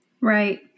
Right